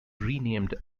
renamed